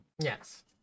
Yes